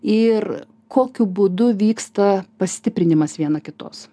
ir kokiu būdu vyksta pastiprinimas viena kitos